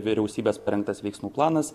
vyriausybės parengtas veiksmų planas